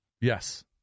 Yes